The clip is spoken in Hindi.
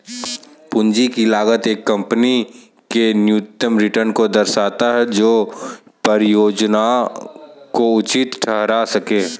पूंजी की लागत एक कंपनी के न्यूनतम रिटर्न को दर्शाता है जो परियोजना को उचित ठहरा सकें